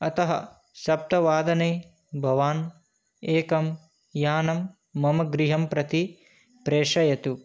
अतः सप्तवादने भवान् एकं यानं मम गृहं प्रति प्रेषयतु